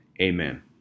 Amen